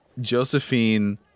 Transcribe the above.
Josephine